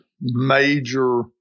major